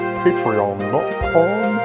patreon.com